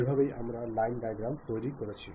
এভাবেই আমরা লাইন ডায়াগ্রামগুলি তৈরি করেছি